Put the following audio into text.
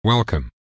Welcome